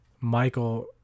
Michael